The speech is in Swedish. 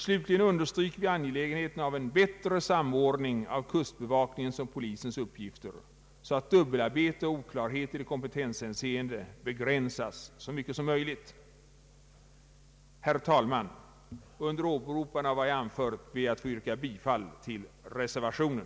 Slutligen understryker vi angelägenheten av en bättre samordning av kustbevakningens och polisens uppgifter, så att dubbelarbete och oklarheter i kompetenshänseende begränsas så mycket som möjligt. Herr talman! Med åberopande av vad jag har anfört ber jag att få yrka bifall till reservationen.